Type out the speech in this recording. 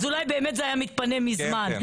אולי באמת זה היה מתפנה מזמן,